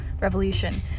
revolution